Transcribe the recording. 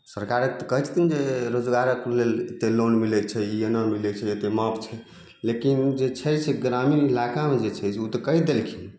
सरकारके तऽ कहय छथिन जे रोजगारक लेल एते लोन मिलय छै ई एना मिलय छै एते माफ छै लेकिन जे छै से ग्रामिण इलाकामे जे छै से उ कहि देलखिन